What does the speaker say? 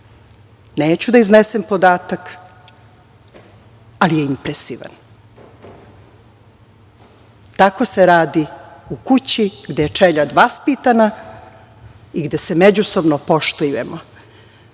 Neću da iznesem podatak, ali je impresivan. Tako se radi u kući gde su čeljad vaspitana i gde se međusobno